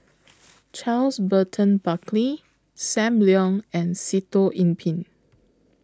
Charles Burton Buckley SAM Leong and Sitoh Yih Pin